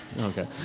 Okay